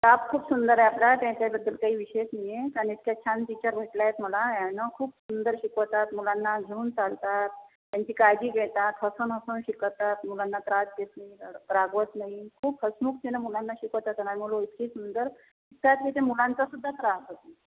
staff खूप सुंदर आहे आपला त्याच्याबद्दल काही विषयच नाही आहे आणि इतक्या छान टीचर भेटल्या आहेत मला याना खूप सुंदर शिकवतात मुलांना घेऊन चालतात त्यांची काळजी घेतात हसून हसून शिकवतात मुलांना त्रास देत नाही रागवत नाही खूप हसमुखतेनं मुलांना शिकवतात आणि मुलं इतके सुंदर शिकतात की ते मुलांचासुद्धा त्रास होत नाही